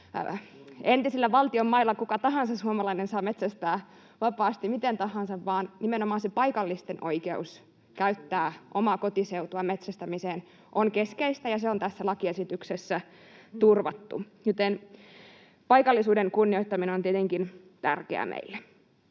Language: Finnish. entisillä valtion mailla kuka tahansa suomalainen saa metsästää vapaasti, miten tahansa, vaan nimenomaan se paikallisten oikeus käyttää omaa kotiseutuaan metsästämiseen on keskeistä, ja se on tässä lakiesityksessä turvattu, joten paikallisuuden kunnioittaminen on tietenkin tärkeää meille.